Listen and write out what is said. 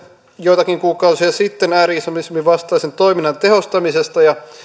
joitakin kuukausia sitten ääri islamismin vastaisen toiminnan tehostamisesta ja